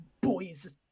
boys